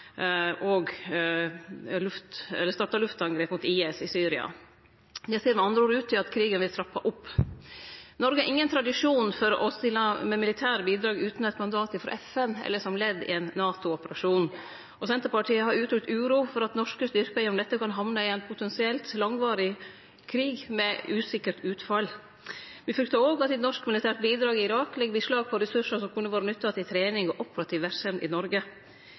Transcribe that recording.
luftangrep mot IS i Syria. Det ser med andre ord ut til at krigen vil verte trappa opp. Noreg har ingen tradisjon for å stille med militære bidrag utan mandat ifrå FN eller som ledd i ein NATO-operasjon. Senterpartiet har uttrykt uro for om norske styrkar gjennom dette kan hamne i ein potensielt langvarig krig med usikkert utfall. Vi fryktar òg at eit norsk militært bidrag i Irak legg beslag på ressursar som kunne vore nytta til trening og operativ verksemd i Noreg.